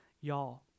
y'all